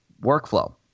workflow